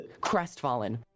crestfallen